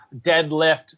deadlift